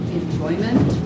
enjoyment